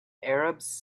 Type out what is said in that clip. arabs